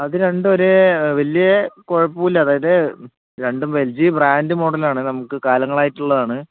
അത് രണ്ട് ഒരേ വലിയ കുഴപ്പമില്ല അതായത് രണ്ടും എൽ ജി ബ്രാൻ്റ് മോഡലാണ് നമുക്ക് കാലങ്ങളായിട്ടുള്ളതാണ്